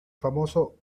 famoso